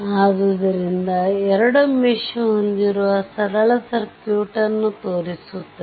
ಆದ್ದರಿಂದ 2 ಮೆಶ್ ಹೊಂದಿರುವ ಸರಳ ಸರ್ಕ್ಯೂಟ್ ಅನ್ನು ತೋರಿಸುತ್ತದೆ